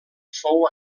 fou